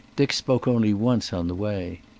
dick spoke only once on the way.